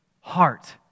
heart